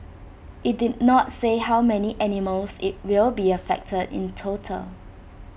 IT did not say how many animals IT will be affected in total